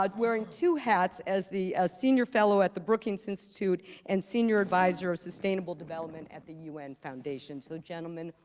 ah wearing two hats, as ah senior fellow at the brookings institute and senior advisor of sustainable development at the u n. foundation, so gentlemen,